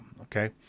Okay